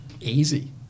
easy